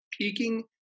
peaking